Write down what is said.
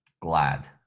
Glad